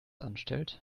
anstellt